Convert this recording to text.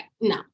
no